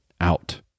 out